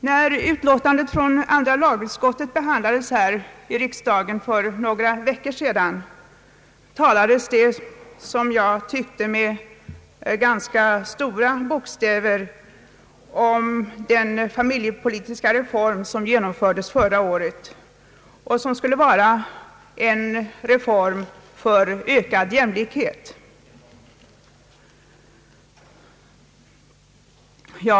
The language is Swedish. När utlåtandet från andra lagutskottet behandlades här i riksdagen för några veckor sedan, talades det som jag tyckte med ganska stora bokstäver om den familjepolitiska reform som genomfördes förra året och som skulle vara en reform för ökad jämlikhet.